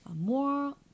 more